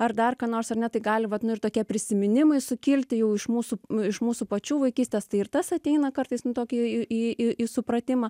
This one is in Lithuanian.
ar dar ką nors ar ne tai gali vat nu ir tokie prisiminimai sukilti jau iš mūsų iš mūsų pačių vaikystės tai ir tas ateina kartais nu tokį į į į į supratimą